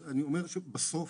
בסוף,